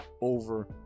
over